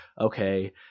okay